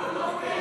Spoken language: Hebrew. אנחנו רוצים